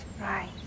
Right